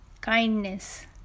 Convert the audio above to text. kindness